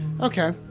okay